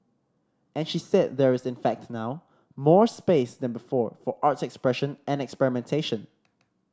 and she said there is in fact now more space than before for arts expression and experimentation